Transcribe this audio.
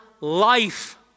life